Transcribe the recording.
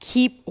Keep